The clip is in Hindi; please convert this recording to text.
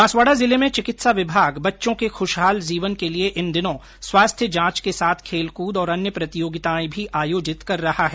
बांसवाड़ा जिले में चिकित्सा विभाग बच्चों के खुशहाल जीवन के लिए इन दिनों स्वास्थ्य जांच के साथ खेलकूद और अन्य प्रतियोगिताएं भी आयोजित कर रहा है